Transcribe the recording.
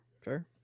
fair